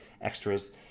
extras